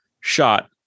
shot